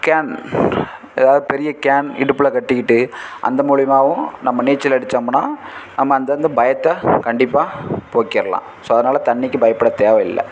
can ஏதாவது பெரிய can இடுப்பில் கட்டிக்கிட்டு அந்த மூலிமாவும் நம்ம நீச்சல் அடித்தோமுன்னா நம்ம அந்தந்த பயத்தை கண்டிப்பாக போக்கிடலாம் ஸோ அதனால் தண்ணிக்குப் பயப்பட தேவையில்லை